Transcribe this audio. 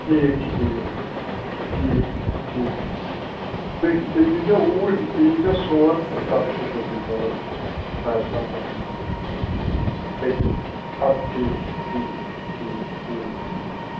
ٹھیٖک چھُ ٹھیٖک چھُ ٹھیٖک چھُ ٹھیٖک چھُ تُہۍ تُہۍ ییٖزیو اوٗرۍ تُہۍ ییٖزیو سون تہٕ پَتہٕ وٕچھو تٔتی کَرو کَتھ باتھ اَصٕل پٲٹھۍ تٔتی کَرو اَدٕ ٹھیٖک چھُ ٹھیٖک چھُ ٹھیٖک چھُ ٹھیٖک چھُ ٹھیٖک چھُ